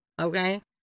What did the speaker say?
Okay